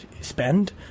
spend